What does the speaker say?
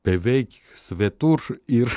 beveik svetur ir